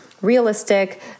realistic